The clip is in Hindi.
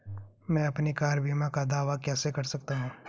मैं अपनी कार बीमा का दावा कैसे कर सकता हूं?